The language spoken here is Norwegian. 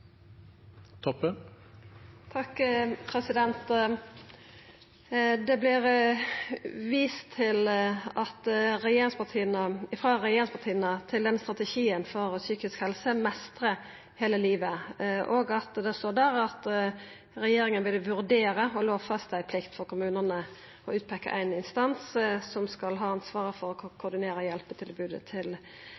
Det vert frå regjeringspartia vist til strategien for psykisk helse, Mestre hele livet, og at det der står at regjeringa vil vurdera å lovfesta ei plikt for kommunane til å utpeika ein instans som skal ha ansvaret for å